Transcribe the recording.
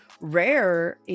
rare